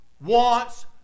wants